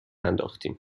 انداختیم